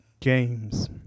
James